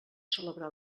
celebrar